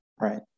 Right